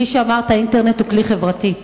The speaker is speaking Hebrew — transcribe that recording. כפי שאמרת, אינטרנט הוא כלי חברתי,